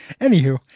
Anywho